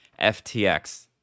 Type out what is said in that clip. FTX